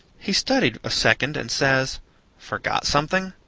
he studied a second, and says forgot something.